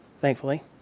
thankfully